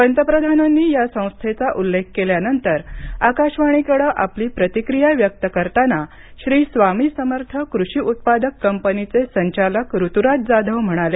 पंतप्रधानांनी या संस्थेचा उल्लेख केल्यानंतर आकाशवाणीकडे आपली प्रतिक्रिया व्यक्त करताना श्री स्वामी समर्थ कृषी उत्पादक कंपनीचे संचालक ऋतुराज जाधव म्हणाले